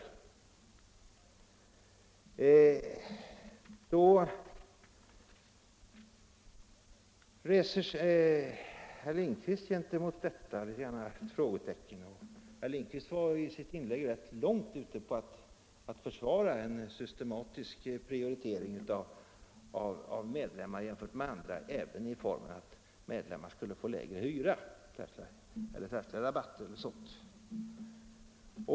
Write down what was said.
Till det vill herr Lindkvist sätta ett frågetecken. Herr Lindkvist var rätt långt inne på att försvara en systematisk prioritering av medlemmar i förhållande till andra hyresgäster, även i den formen att medlemmar skulle få lägre hyror, kraftiga rabatter e. d.